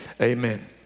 amen